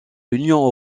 l’union